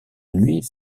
nuit